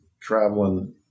traveling